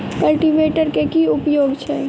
Cultivator केँ की उपयोग छैक?